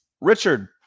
Richard